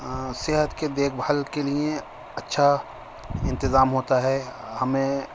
صحت کے دیکھ بھال کے لیے اچھا انتظام ہوتا ہے ہمیں